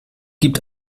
gibt